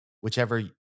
whichever